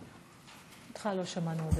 אותך לא שמענו עוד